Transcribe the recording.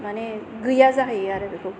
माने गैया जाहैयो आरो बेखौ